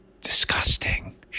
disgusting